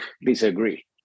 disagree